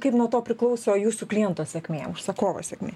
kaip nuo to priklauso jūsų kliento sėkmė užsakovo sėkmė